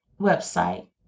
website